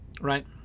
right